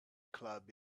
club